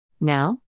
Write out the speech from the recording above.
Now